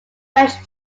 managed